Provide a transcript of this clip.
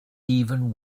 even